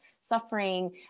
suffering